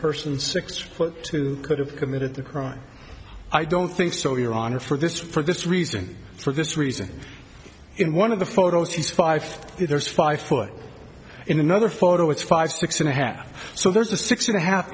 person six foot two could have committed the crime i don't think so your honor for this for this reason for this reason in one of the photos he's five ft there's five foot in another photo it's five six and a half so there's a six and a half